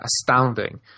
astounding